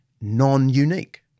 non-unique